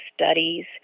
studies